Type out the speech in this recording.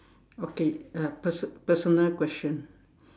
okay uh person~ personal question